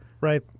Right